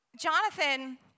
Jonathan